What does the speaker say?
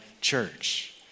church